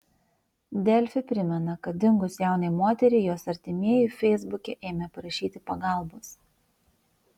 delfi primena kad dingus jaunai moteriai jos artimieji feisbuke ėmė prašyti pagalbos